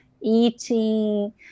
eating